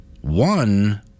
one